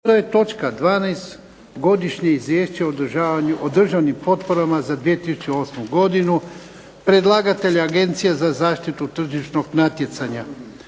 vidjeti. 11. Godišnje izvješće o državnim potporama za 2008. godinu, predlagatelj: Agencija za zaštitu tržišnog natjecanja